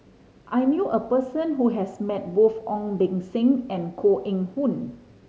I knew a person who has met both Ong Beng Seng and Koh Eng Hoon